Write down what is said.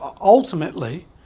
ultimately